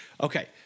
Okay